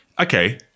okay